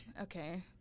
Okay